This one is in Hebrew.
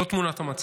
זו תמונת המצב.